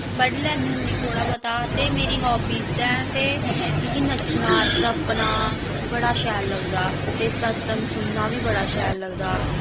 पढ़ी लैनी होन्नी थोह्ड़ा मता ते मेरी हाबीज ऐं ते मिगी नच्चना त्रप्पना बड़ा शैल लगदा ते सत्संग सुनना बी बड़ा शैल लगदा